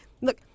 look